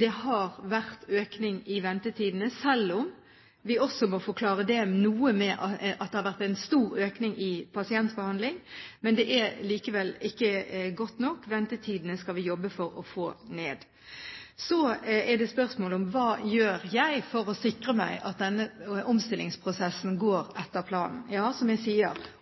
Det har vært økning i ventetidene, selv om vi også må forklare det noe med at det har vært en stor økning i pasientbehandling, men det er likevel ikke godt nok. Ventetidene skal vi jobbe for å få ned. Så er det spørsmål om hva gjør jeg for å sikre at denne omstillingsprosessen går etter planen? Ja, som jeg sier: